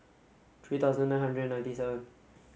three thousand nine hundred ninety seven